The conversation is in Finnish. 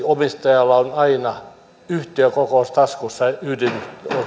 omistajalla on aina yhtiökokous taskussa yhden